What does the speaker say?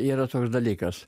yra toks dalykas